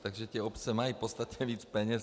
Takže ty obce mají podstatně víc peněz.